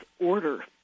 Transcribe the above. order